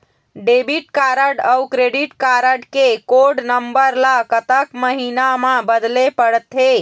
Debit card अऊ credit card के code number ला कतक महीना मा बदले पड़थे?